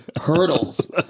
hurdles